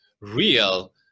real